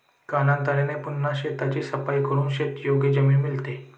कालांतराने पुन्हा शेताची सफाई करून शेतीयोग्य जमीन मिळते